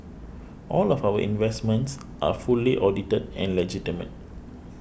all of our investments are fully audited and legitimate